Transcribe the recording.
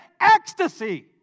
ecstasy